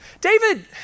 David